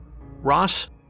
Ross